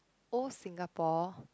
old Singapore